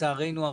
לצערנו הרב,